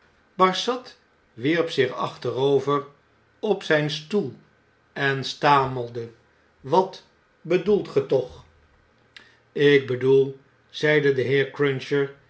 barsad wierp zich achterover op zp stoel en stamelde wat bedoelt ge toch lk bedoel zei de heer cruncher